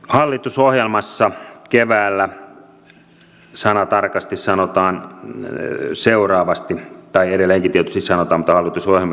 hallitusohjelmassa keväältä sanatarkasti sanotaan seuraavasti tai vieläkin isä antaa vain